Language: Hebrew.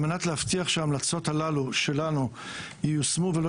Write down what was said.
על מנת להבטיח שהמלצות הללו שלנו ייושמו ולא